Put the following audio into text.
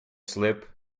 slip